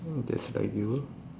that's like you